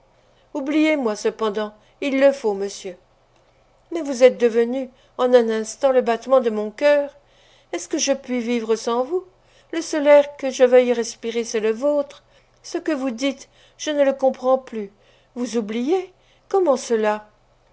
oubliez-moi cependant il le faut monsieur mais vous êtes devenue en un instant le battement de mon cœur est-ce que je puis vivre sans vous le seul air que je veuille respirer c'est le vôtre ce que vous dites je ne le comprends plus vous oublier comment cela